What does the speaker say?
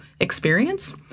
experience